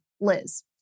Liz